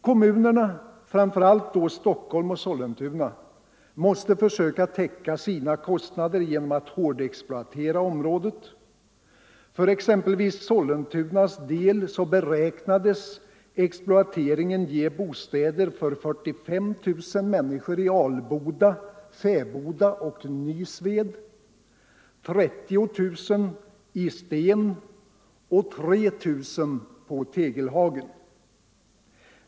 Kommunerna —- framför allt då Stockholm och Sollentuna —- måste försöka täcka sina kostnader genom att hårdexploatera området. För exempelvis Sollentunas del beräknades exploateringen ge bostäder för 45 000 människor i Alboda, Fäboda och Nysved, 30 000 i Sten och 3 000 i Tegelhagen.